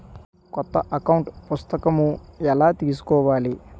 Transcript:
కొత్త అకౌంట్ పుస్తకము ఎలా తీసుకోవాలి?